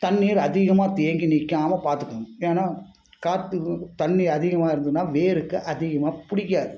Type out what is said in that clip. தண்ணீர் அதிகமாக தேங்கி நிற்காமல் பார்த்துக்குணும் ஏன்னா காற்று தண்ணி அதிகமாக இருந்ததுன்னா வேருக்கு அதிகமாக பிடிக்காது